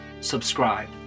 subscribe